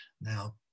now